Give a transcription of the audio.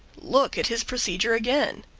look at his procedure again.